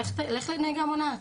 'לך לנהיגה מונעת'.